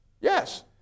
Yes